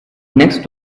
next